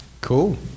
cool